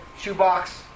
shoebox